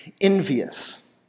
envious